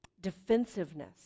defensiveness